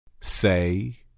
Say